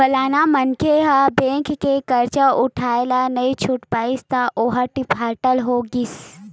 फलाना मनखे ह बेंक के करजा उठाय ल नइ छूट पाइस त ओहा डिफाल्टर हो गिस